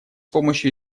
помощью